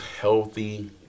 healthy